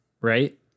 right